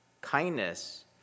kindness